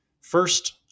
First